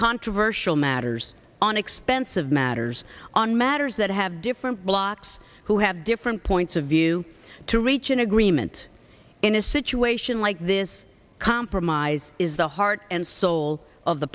controversial matters on expensive matters on matters that have different blocs who have different points of view to reach an agreement in a situation like this compromise is the heart and soul of the